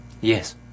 Yes